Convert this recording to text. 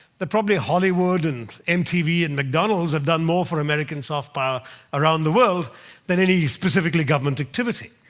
that probably hollywood and mtv and mcdonalds have done more for american soft power around the world than any specifically government activity.